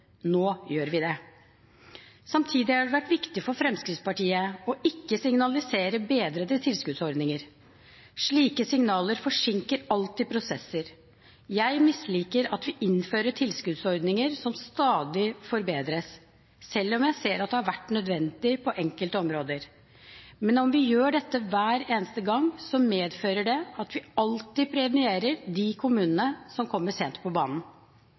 Nå gjør vi det. Samtidig har det vært viktig for Fremskrittspartiet ikke å signalisere bedrede tilskuddsordninger. Slike signaler forsinker alltid prosesser. Jeg misliker at vi innfører tilskuddsordninger som stadig forbedres, selv om jeg ser at det har vært nødvendig på enkelte områder. Men om vi gjør dette hver eneste gang, medfører det at vi alltid premierer de kommunene som kommer sent på banen.